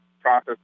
process